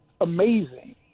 amazing